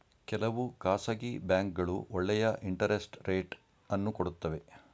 ಕೆಲವು ಖಾಸಗಿ ಬ್ಯಾಂಕ್ಗಳು ಒಳ್ಳೆಯ ಇಂಟರೆಸ್ಟ್ ರೇಟ್ ಅನ್ನು ಕೊಡುತ್ತವೆ